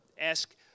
ask